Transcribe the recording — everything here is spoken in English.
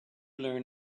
learn